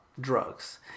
drugs